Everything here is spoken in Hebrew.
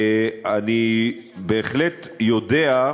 אני בהחלט יודע,